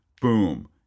boom